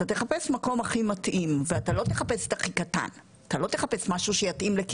אתה תחפש מקום הכי מתאים ואתה לא תחפש את הכי קטן.